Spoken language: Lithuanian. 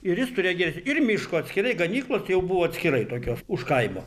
ir jis turėjo geres ir miško atskirai ganyklos jau buvo atskirai tokios už kaimo